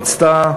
רצתה,